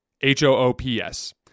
H-O-O-P-S